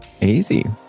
Easy